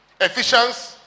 efficiency